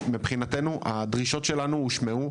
הדרישות שלנו הושמעו.